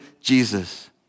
Jesus